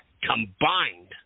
combined